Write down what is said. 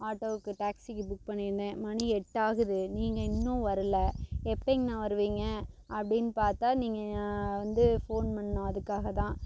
ஆட்டோவுக்கு டேக்சிக்கு புக் பண்ணியிருந்தேன் மணி எட்டாகுது நீங்கள் இன்னும் வரல எப்போங்கண்ணா வருவீங்க அப்படின்னு பார்த்தா நீங்கள் வந்து ஃபோன் பண்ணோம் அதுக்காக தான்